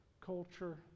culture